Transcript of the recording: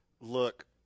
Look